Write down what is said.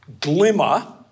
glimmer